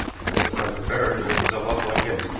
he must have come prepared to make himself up like him.